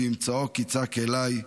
כי אם צעק יצעק אלי,